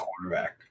quarterback